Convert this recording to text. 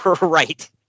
Right